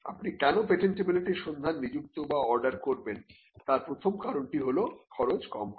আপনি কেন পেটেন্টিবিলিটি সন্ধান নিযুক্ত বা অর্ডার করবেন তার প্রথম কারণটি হলো খরচ কম করা